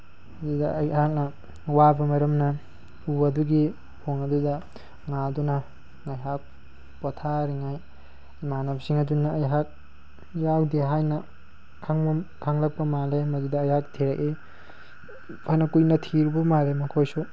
ꯑꯗꯨꯗ ꯑꯩꯍꯥꯛꯅ ꯋꯥꯕ ꯃꯔꯝꯅ ꯎ ꯑꯗꯨꯒꯤ ꯎꯈꯣꯡ ꯑꯗꯨꯗ ꯉꯥꯗꯨꯅ ꯉꯥꯏꯍꯥꯛ ꯄꯣꯊꯥꯔꯤꯉꯩꯗ ꯏꯃꯥꯟꯅꯕꯁꯤꯡ ꯑꯗꯨꯅ ꯑꯩꯍꯥꯛ ꯌꯥꯎꯗꯦ ꯍꯥꯏꯅ ꯈꯪꯂꯛꯄ ꯃꯥꯜꯂꯦ ꯃꯗꯨꯗ ꯑꯩꯍꯥꯛ ꯊꯤꯔꯛꯏ ꯐꯅ ꯀꯨꯏꯅ ꯊꯤꯔꯨꯕ ꯃꯥꯜꯂꯤ ꯃꯈꯣꯏꯁꯨ